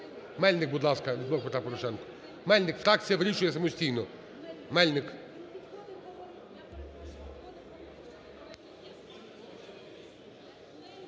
Мельник, будь ласка, "Блок Петра Порошенка". Мельник, фракція вирішує самостійно. Мельник.